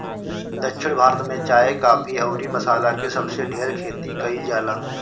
दक्षिण भारत में चाय, काफी अउरी मसाला के सबसे ढेर खेती कईल जाला